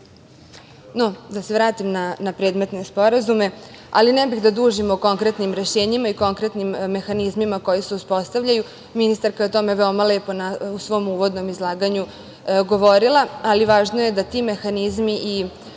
da se vratim na predmetne sporazume, ali ne bih da dužim o konkretnim rešenjima i konkretnim mehanizmima koji se uspostavljaju, ministarka je o tome veoma lepo u svom uvodnom izlaganju govorila, ali važno je da ti mehanizmi i